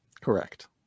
Correct